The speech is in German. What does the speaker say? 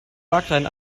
wagrain